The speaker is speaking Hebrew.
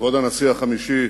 כבוד הנשיא החמישי